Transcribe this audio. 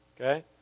okay